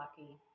lucky